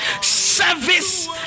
service